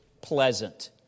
pleasant